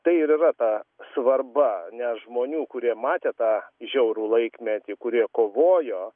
tai ir yra ta svarba nes žmonių kurie matė tą žiaurų laikmetį kurie kovojo